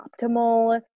optimal